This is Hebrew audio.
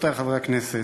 רבותי חברי כנסת,